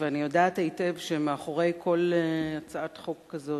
ואני יודעת היטב שמאחורי כל הצעת חוק כזאת,